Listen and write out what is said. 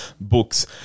books